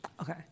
Okay